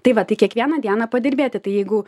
tai va tai kiekvieną dieną padirbėti tai jeigu